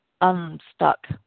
unstuck